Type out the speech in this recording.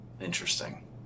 Interesting